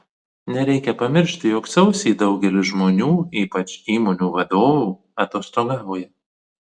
nereikia pamiršti jog sausį daugelis žmonių ypač įmonių vadovų atostogauja